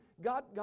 God